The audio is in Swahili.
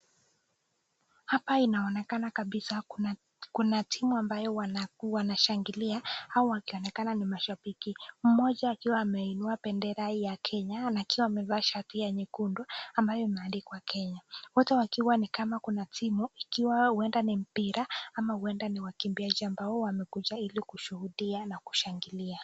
Haoa inaonekana kabisa kuna timu ambayo wanashangilia hawa ni mashabiki. Mmoja kiwa ameinua bendera ya kenya amevakia shati ya nyekundu ambayo imeandikwa kenya wote wakiwa ni kama kuna timu, ikiwa ni mpira ama mkimbiaji ambao wamekuja kushuhudia kushabikia.